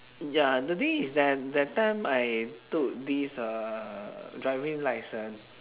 ya the thing is that that time I took this uh driving licence